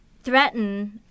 threaten